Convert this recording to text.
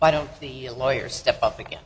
i don't see a lawyer step up again